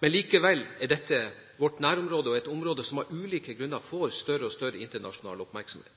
Likevel er dette vårt nærområde og et område som av ulike grunner får større og større internasjonal oppmerksomhet.